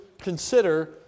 consider